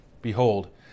Behold